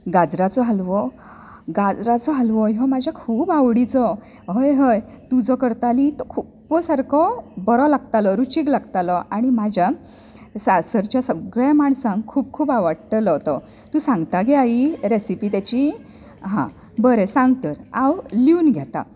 गाजराचो हालवो गाजराचो हलवो हो म्हज्या खूब आवडीचो हय हय तूं जो करताली तो खूब्ब सारको बरो लागतालो रुचीक लागतालो आनी म्हज्या सासरच्या सगळ्या माणसांक खूब खूब आवडटालो तो तूं सांगता गे आई रेसीपी तेची हां बरें सांग तर हांव लिहून घेतां